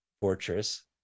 fortress